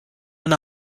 and